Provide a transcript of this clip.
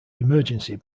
emergency